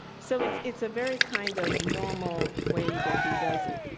so it's it's a very kind of normal way that he does it.